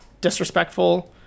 Disrespectful